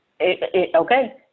Okay